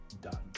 done